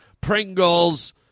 Pringles